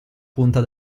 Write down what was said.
punta